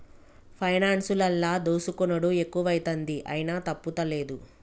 పైనాన్సులల్ల దోసుకునుడు ఎక్కువైతంది, అయినా తప్పుతలేదు